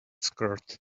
skirt